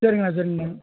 சரிங்கண்ணா சரிங்கண்ணா